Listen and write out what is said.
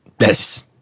Yes